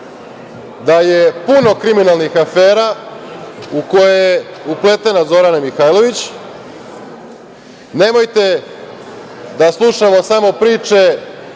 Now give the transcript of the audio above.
da je puno kriminalnih afera u koje je upletena Zorana Mihajlović. Nemojte da slušamo samo priče